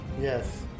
Yes